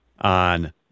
on